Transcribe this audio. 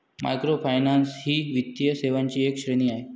microfinance ही वित्तीय सेवांची एक श्रेणी आहे